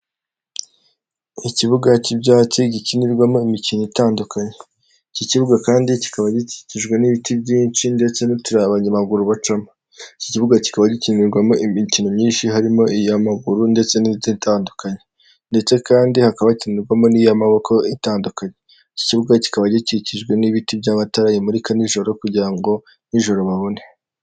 Ikibuga cy'ibyatsi gikinirwamo imikino itandukanye. Iki kibuga kandi kikaba gikikijwe n'ibiti byinshi ndetse n'utuyira abanyamaguru bacamo. Iki kibuga kikaba gikinirwamo imikino myinshi harimo iy'amaguru ndetse n'indi itandukanye ndetse kandi hakaba hakinirwamo n'iy'amaboko itandukanye. Iki kibuga kikaba gikikijwe n'ibiti by'amatara bimurika nijoro kugira ngo nijoro babone.